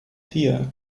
here